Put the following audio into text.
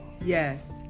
Yes